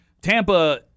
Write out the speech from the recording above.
Tampa